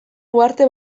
uharte